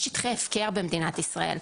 יש שטחי הפקר במדינת ישראל.